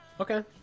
Okay